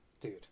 dude